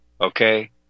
okay